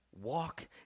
walk